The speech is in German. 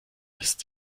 ist